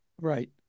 right